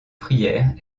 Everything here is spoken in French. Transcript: prière